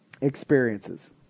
experiences –